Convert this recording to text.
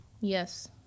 Yes